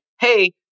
hey